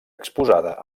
exposada